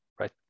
right